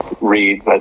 read